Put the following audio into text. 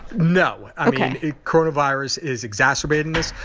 no ok coronavirus is exacerbating this.